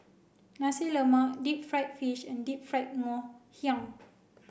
Nasi Lemak Deep Fried Fish and Deep Fried Ngoh Hiang